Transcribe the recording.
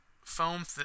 foam